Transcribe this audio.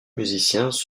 musiciens